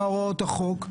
מה הוראות החוק,